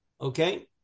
Okay